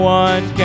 one